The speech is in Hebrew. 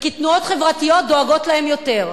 תנועות חברתיות דואגות להם יותר.